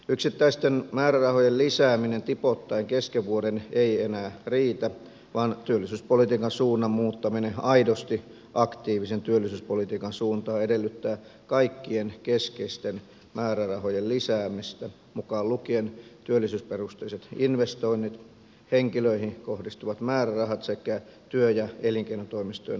yksittäisten määrärahojen lisääminen tipoittain kesken vuoden ei enää riitä vaan työllisyyspolitiikan suunnan muuttaminen aidosti aktiivisen työllisyyspolitiikan suuntaan edellyttää kaikkien keskeisten määrärahojen lisäämistä mukaan lukien työllisyysperusteiset investoinnit henkilöihin kohdistuvat määrärahat sekä työ ja elinkeinotoimistojen toimintamäärärahat